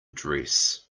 dress